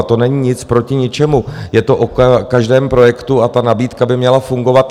To není nic proti ničemu, je to o každém projektu a ta nabídka by měla fungovat.